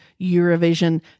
Eurovision